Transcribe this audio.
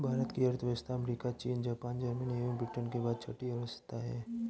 भारत की अर्थव्यवस्था अमेरिका, चीन, जापान, जर्मनी एवं ब्रिटेन के बाद छठी अर्थव्यवस्था है